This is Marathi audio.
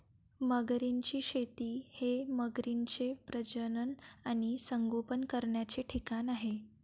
मगरींची शेती हे मगरींचे प्रजनन आणि संगोपन करण्याचे ठिकाण आहे